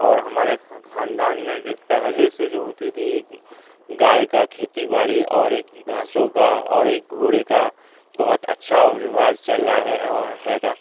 اور ہمارے خاندان میں پہلے سے جو ہوتی تھی ایک گائے کا کھیتی باڑی اور ایک بھینسوں کا اور ایک گھوڑے کا بہت اچھا رواج چل رہا ہے اور رہے گا